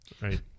right